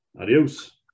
Adios